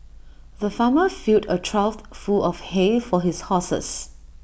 the farmer filled A trough full of hay for his horses